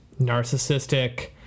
narcissistic